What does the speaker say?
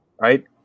right